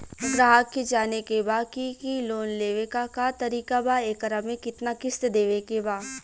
ग्राहक के जाने के बा की की लोन लेवे क का तरीका बा एकरा में कितना किस्त देवे के बा?